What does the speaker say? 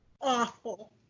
Awful